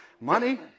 money